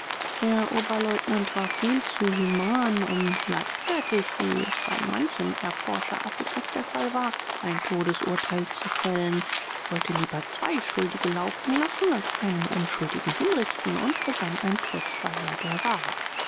der oberleutnant war viel zu human um leichtfertig wie es bei manchem erforscher afrikas der fall war ein todesurteil zu fällen wollte lieber zwei schuldige laufen lassen als einen unschuldigen hinrichten und begann ein kreuzverhör der waha